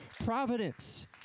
Providence